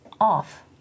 off